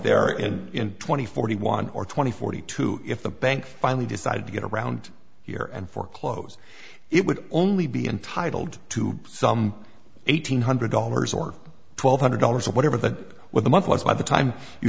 there in twenty forty one or twenty forty two if the bank finally decided to get around here and foreclose it would only be entitled to some eight hundred dollars or twelve hundred dollars or whatever that with a month left by the time you